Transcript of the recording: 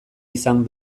izan